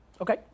Okay